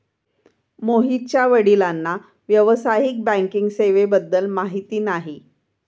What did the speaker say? मोहितच्या वडिलांना व्यावसायिक बँकिंग सेवेबद्दल माहिती नाही